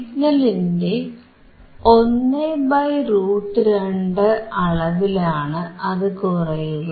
സിഗ്നലിന്റെ 1√2 അളവിലാണ് അതു കുറയുക